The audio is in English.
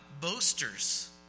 Boasters